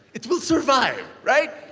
it will survive. right?